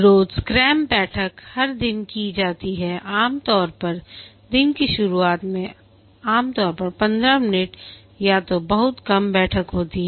रोज scrum बैठक हर दिन की जाती है आमतौर पर दिन की शुरुआत में आमतौर पर 15 मिनट या तो बहुत कम बैठक होती है